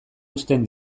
uzten